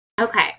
Okay